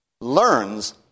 learns